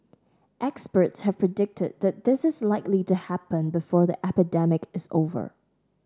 experts have predicted that this is likely to happen before the epidemic is over